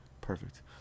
Perfect